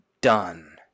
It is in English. done